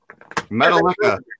Metallica